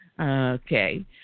Okay